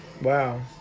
Wow